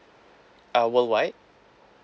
uh worldwide